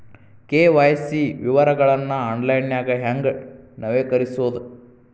KYC ವಿವರಗಳನ್ನ ಆನ್ಲೈನ್ಯಾಗ ಹೆಂಗ ನವೇಕರಿಸೋದ